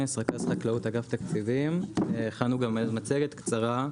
הכנו גם מצגת קצרה.